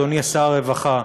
אדוני שר הרווחה,